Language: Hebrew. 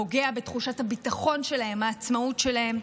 פוגע בתחושת הביטחון שלהם, בעצמאות שלהם.